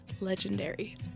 legendary